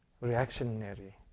reactionary